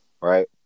right